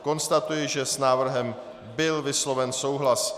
Konstatuji, že s návrhem byl vysloven souhlas.